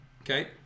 Okay